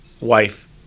wife